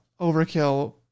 overkill